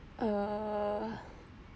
err